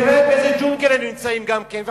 תראה באיזה ג'ונגל הם נמצאים גם כן,